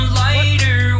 lighter